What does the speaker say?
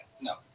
No